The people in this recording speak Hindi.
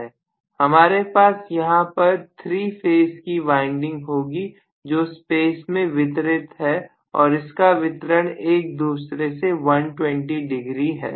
हमारे पास यहां पर 3 फेस की वाइंडिंग होगी जो स्पेस में वितरित है और इसका वितरण एक दूसरे से 120 डिग्री है